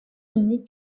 unis